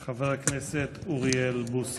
חבר הכנסת אוריאל בוסו.